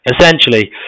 essentially